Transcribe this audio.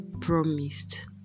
promised